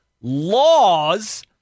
laws